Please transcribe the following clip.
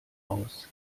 aus